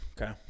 Okay